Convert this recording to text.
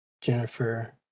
Jennifer